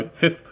fifth